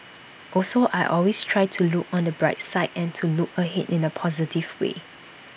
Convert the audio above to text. also I always try to look on the bright side and to look ahead in A positive way